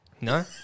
No